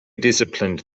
disciplined